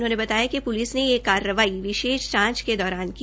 उनहोंने बताया कि प्लिस ने ये कार्रवाई विशेष जांच के दौरान की